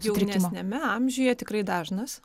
jaunesniame amžiuje tikrai dažnas